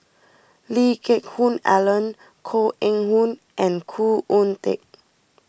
Lee Geck Hoon Ellen Koh Eng Hoon and Khoo Oon Teik